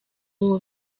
uwo